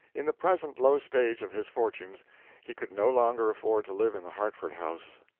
in the present low stage of his fortunes he could no longer afford to live in the hartford house.